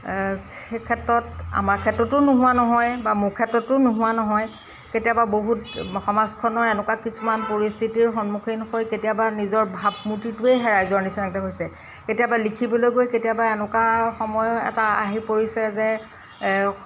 সেই ক্ষেত্ৰত আমাৰ ক্ষেত্ৰতো নোহোৱা নহয় বা মোৰ ক্ষেত্ৰতো নোহোৱা নহয় কেতিয়াবা বহুত সমাজখনৰ এনেকুৱা কিছুমান পৰিস্থিতিৰ সন্মুখীন হৈ কেতিয়াবা নিজৰ ভাৱমূৰ্তিটোৱে হেৰাই যোৱাৰ নিচিনাকৈ হৈছে কেতিয়াবা লিখিবলৈ গৈ কেতিয়াবা এনেকুৱা সময় এটা আহি পৰিছে যে